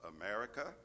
America